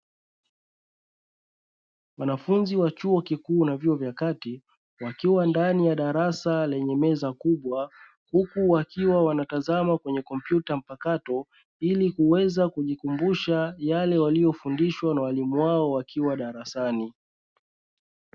Wanafunzi wa chuo kikuu na vyuo vya kati wakiwa ndani ya darasa lenye meza kubwa, huku wakiwa wanatazama kwenye kompyuta mpakato ili kuweza kujikumbusha yale waliyofundishwa na walimu wao wakiwa darasani.